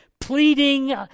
pleading